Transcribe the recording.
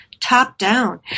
top-down